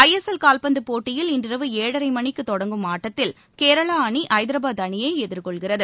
ஐ S L கால்பந்து போட்டியில் இன்றிரவு ஏழரை மணிக்கு தொடங்கும் ஆட்டத்தில் கேரளா அணி ஐதரபாத் அணியை எதிர்கொள்கிறது